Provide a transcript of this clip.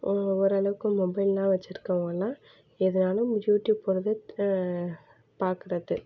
ஓரளவுக்கு மொபைல்லாம் வச்சிருக்கவங்கல்லாம் எதுனாலும் யூடியூப் போறது பார்க்கறது